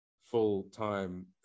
full-time